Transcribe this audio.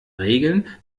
regeln